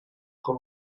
com